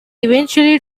eventually